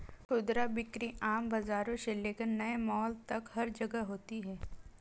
खुदरा बिक्री आम बाजारों से लेकर नए मॉल तक हर जगह होती है